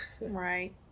right